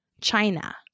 China